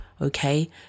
okay